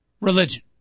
religion